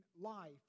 life